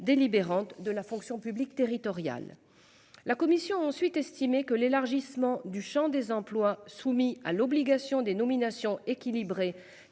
délibérantes de la fonction publique territoriale. La commission ensuite estimé que l'élargissement du Champ des emplois soumis à l'obligation des nominations équilibrées